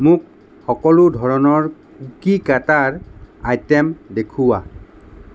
মোক সকলো ধৰণৰ কুকি কাটাৰ আইটেম দেখুওৱা